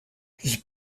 his